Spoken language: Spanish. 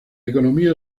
economía